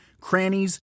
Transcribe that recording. crannies